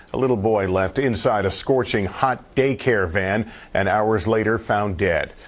a little boy left inside a scorching hot daycare van and hours later found dead.